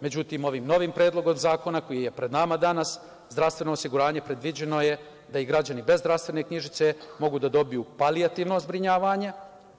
Međutim, ovim novim predlogom zakona, koji je pred nama danas, zdravstveno osiguranje, predviđeno je da i građani bez zdravstvne knjižice mogu da dobiju paliativno zbrinjavanje,